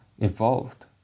evolved